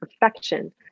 perfection